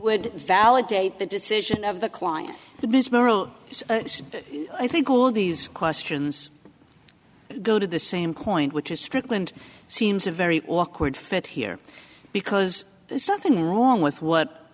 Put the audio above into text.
would validate the decision of the client so i think all these questions go to the same point which is strickland seems a very awkward fit here because there's nothing wrong with what